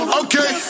okay